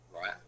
right